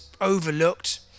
overlooked